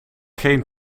geen